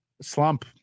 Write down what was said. Slump